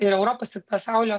ir europos ir pasaulio